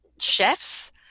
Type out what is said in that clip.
chefs